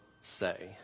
say